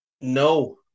No